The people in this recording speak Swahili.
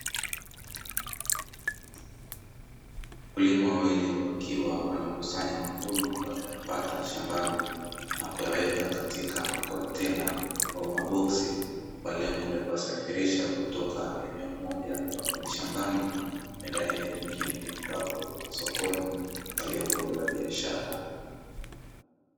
Wakulima wawili wakiwa wanakusanya mavuno waliyoyapata shambani na kuyaweka katika makontena au maboksi, kwa lengo la kusafirisha kutoka eneo moja ambapo ni shambani kwenda eneo lingine ambapo ni sokoni kwa lengo la biashara.